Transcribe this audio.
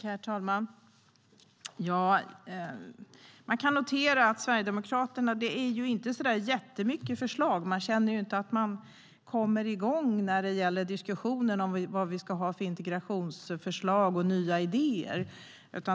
Herr talman! Jag kan notera att Sverigedemokraterna inte har så många förslag. Man verkar inte komma igång i diskussionerna om integrationsförslag och nya idéer.